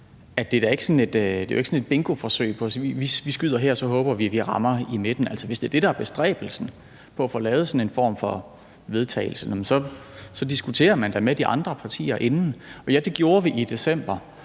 det jo ikke sådan et bingoforsøg: Vi skyder her, og så håber vi, at vi rammer i midten. Hvis det er det, der er bestræbelsen, altså at få lavet sådan en form for vedtagelse, så diskuterer man da med de andre partier inden. Og ja, det gjorde vi i december,